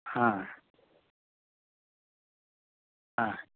হ্যাঁ হ্যাঁ